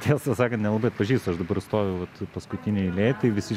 tiesą sakant nelabai atpažįstu aš dabar stoviu vat paskutinėj eilėj tai visi